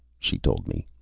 she told me.